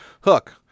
Hook